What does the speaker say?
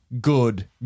good